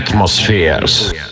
atmospheres